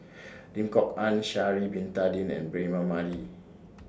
Lim Kok Ann Sha'Ari Bin Tadin and Braema Mathi